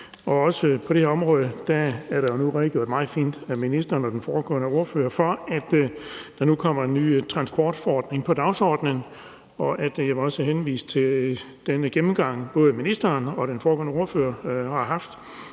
På det her område er der af ministeren og den foregående ordfører redegjort meget fint for, at der nu kommer en ny transportforordning på dagsordenen. Jeg vil også henvise til den gennemgang, som både ministeren og den foregående ordfører er